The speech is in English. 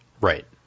Right